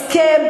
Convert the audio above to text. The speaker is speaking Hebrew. הסכם רע.